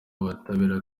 ubutabera